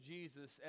Jesus